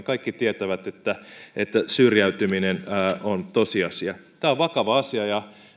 kaikki tietävät että että syrjäytyminen on tosiasia tämä on vakava asia ja